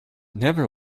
never